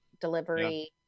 delivery